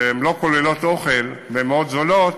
שלא כוללות אוכל והן מאוד זולות,